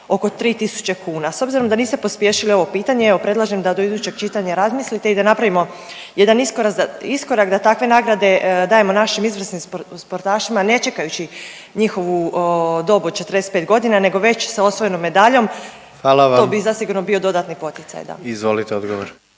oko 3.000 kuna. S obzirom da niste pospješili ovo pitanje evo predlažem da do idućeg čitanja razmislite i da napravimo jedan iskorak da takve nagrade dajemo našim izvrsnim sportašima ne čekajući njihovu dob od 45 godina nego već sa osvojenom medaljom …/Upadica: Hvala vam./… to bi zasigurno bio dodatni poticaj. **Jandroković,